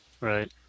Right